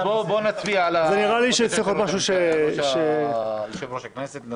בואו נצביע על בקשת יושב-ראש הכנסת.